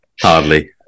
Hardly